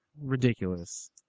ridiculous